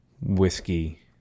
whiskey